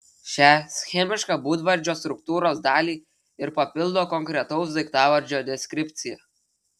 šią schemišką būdvardžio struktūros dalį ir papildo konkretaus daiktavardžio deskripcija